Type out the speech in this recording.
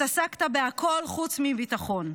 התעסקת בכול חוץ מביטחון.